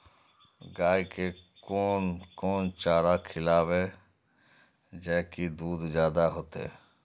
गाय के कोन कोन चारा खिलाबे जा की दूध जादे होते?